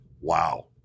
wow